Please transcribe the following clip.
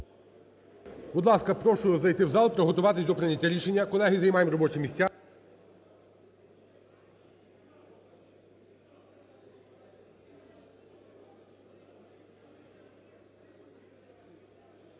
Будь ласка, прошу зайти в зал, приготуватися до прийняття рішення. Колеги, займаємо робочі місця.